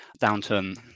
downturn